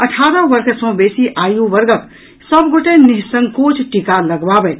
अठारह वर्ष सँ बेसी आयु वर्गक सभ गोटे निःसंकोच टीका लगबावथि